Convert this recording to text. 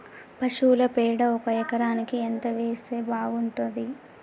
పశువుల పేడ ఒక ఎకరానికి ఎంత వేస్తే బాగుంటది?